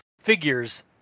figures